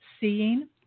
seeing